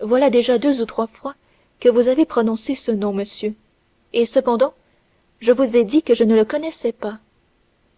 voilà deux ou trois fois que vous avez prononcé ce nom monsieur et cependant je vous ai dit que je ne le connaissais pas